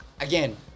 again